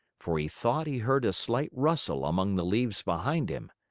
for he thought he heard a slight rustle among the leaves behind him.